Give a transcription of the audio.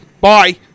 Bye